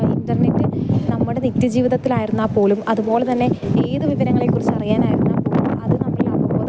internet നമ്മുടെ നിത്യ ജീവിതത്തിലായിരുന്നാൽ പോലും അത്പോലെ തന്നെ ഏത് വിവരങ്ങളെ കുറിച്ചറിയാൻ ആയിരുന്നാൽ പോലും അത് നമ്മളിൽ അവബോധം